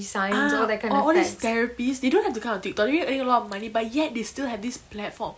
ah all all these therapists they don't have to come on tiktok they already earning a lot of money but yet they still have this platform